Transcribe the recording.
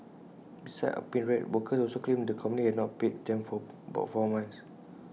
besides unpaid rent workers also claimed the company had not paid them for about four months